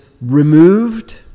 removed